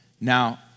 Now